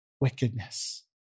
wickedness